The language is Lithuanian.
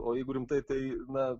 o jeigu rimtai tai na